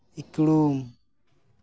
ᱤᱠᱲᱩᱢ